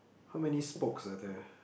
how many spokes are there